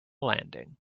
landing